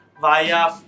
via